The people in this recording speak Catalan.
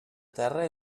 terra